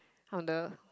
on the